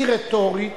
היא רטורית